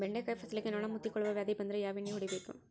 ಬೆಂಡೆಕಾಯ ಫಸಲಿಗೆ ನೊಣ ಮುತ್ತಿಕೊಳ್ಳುವ ವ್ಯಾಧಿ ಬಂದ್ರ ಯಾವ ಎಣ್ಣಿ ಹೊಡಿಯಬೇಕು?